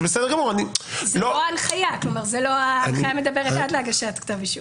זוהי לא ההנחיה; ההנחיה מדברת על עד להגשת כתב אישום.